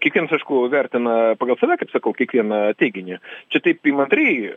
kiekvienas aikšu vertina pagal save kaip sakau kiekvieną teiginį čia taip įmantriai